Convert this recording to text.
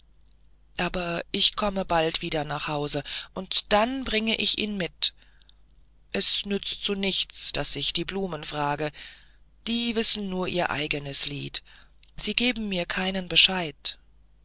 aber ich komme bald wieder nach hause und dann bringe ich ihn mit es nützt zu nichts daß ich die blumen frage die wissen nur ihr eigenes lied sie geben mir keinen bescheid